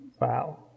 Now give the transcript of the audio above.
Wow